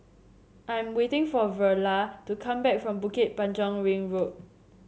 I am waiting for Verla to come back from Bukit Panjang Ring Road